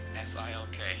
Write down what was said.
S-I-L-K